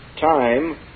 time